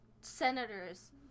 senators